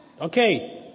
Okay